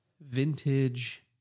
vintage